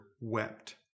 wept